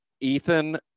Ethan